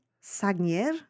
Sagnier